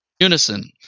Unison